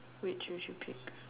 which would you pick